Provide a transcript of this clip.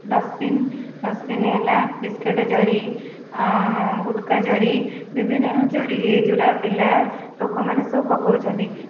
dustbin dustbin ହେଲା biscuit ଜରି ଗୁଟୁଖା ଜରି ବିଭିନ୍ନ ଜରି ଜୁରା ପିଲା ଲୋକମାନେ ସବୁ ପକାଉଛନ୍ତି